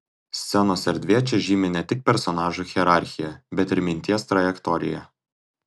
scenos erdvė čia žymi ne tik personažų hierarchiją bet ir minties trajektoriją